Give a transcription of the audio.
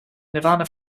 nirvana